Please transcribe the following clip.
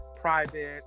private